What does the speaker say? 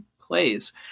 plays